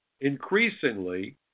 Increasingly